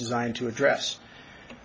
designed to address